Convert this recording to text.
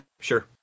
Sure